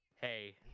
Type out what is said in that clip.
Hey